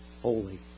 holy